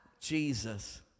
Jesus